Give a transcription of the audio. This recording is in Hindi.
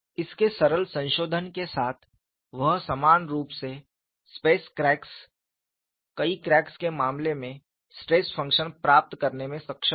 इसके सरल संशोधन के साथ वह समान रूप से दूरी वाली क्रैक्स कई क्रैक्स के मामले में स्ट्रेस फंक्शन प्राप्त करने में सक्षम था